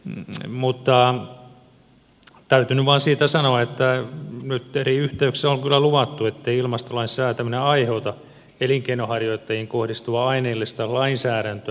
mutta täytyy nyt vain siitä sanoa että nyt eri yhteyksissä on kyllä luvattu ettei ilmastolain säätäminen aiheuta elinkeinonharjoittajiin kohdistuvaa aineellista lainsäädäntöä